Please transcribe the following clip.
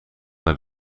naar